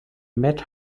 met